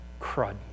crud